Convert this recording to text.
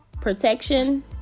protection